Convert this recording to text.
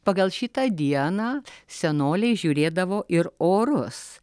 pagal šitą dieną senoliai žiūrėdavo ir orus